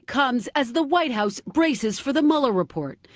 comes as the white house braces for the mueller report.